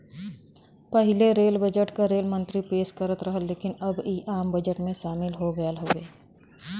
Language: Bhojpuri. पहिले रेल बजट क रेल मंत्री पेश करत रहन लेकिन अब इ आम बजट में शामिल हो गयल हउवे